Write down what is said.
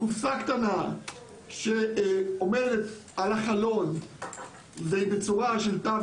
קופסה קטנה שעומדת על החלון בצורה של תו